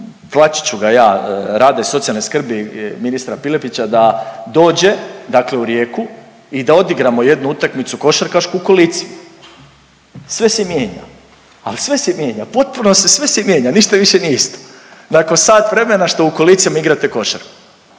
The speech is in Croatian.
tlačit ću ga ja rada i socijalne skrbi ministra Piletića da dođe, dakle u Rijeku i da odigramo jednu utakmicu košarkašku u kolicima. Sve se mijenja, ali sve se mijenja, potpuno se, sve se mijenja, ništa više nije isto. Nakon sat vremena što u kolicima igrate košarku